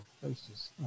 places